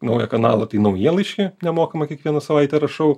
naują kanalą tai naujienlaiškį nemokamą kiekvieną savaitę rašau